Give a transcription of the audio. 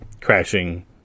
crashing